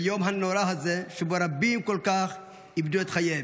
ביום הנורא הזה שבו רבים כל כך איבדו את חייהם.